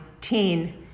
Teen